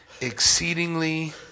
exceedingly